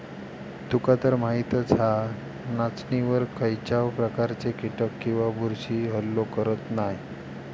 तुकातर माहीतच हा, नाचणीवर खायच्याव प्रकारचे कीटक किंवा बुरशी हल्लो करत नाय